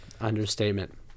Understatement